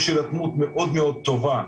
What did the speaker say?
יש הירתמות מאד מאד טובה,